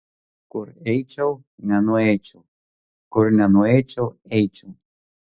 kur eičiau nenueičiau kur nenueičiau eičiau